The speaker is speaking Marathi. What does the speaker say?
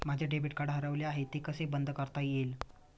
माझे डेबिट कार्ड हरवले आहे ते कसे बंद करता येईल?